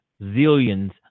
zillions